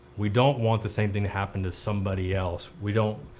we don't want the same thing to happen to somebody else. we don't,